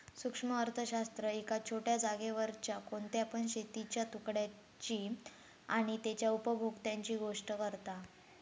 सूक्ष्म अर्थशास्त्र एका छोट्या जागेवरच्या कोणत्या पण शेतीच्या तुकड्याची आणि तेच्या उपभोक्त्यांची गोष्ट करता